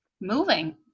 moving